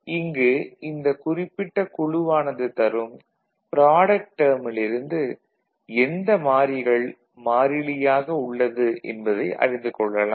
இங்கு இந்தக் குறிப்பிட்ட குழுவானது தரும் ப்ராடக்ட் டேர்மில் இருந்து எந்த மாறிகள் மாறிலியாக உள்ளது என்பதை அறிந்து கொள்ளலாம்